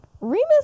Remus